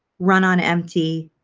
run on empty,